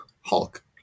Hulk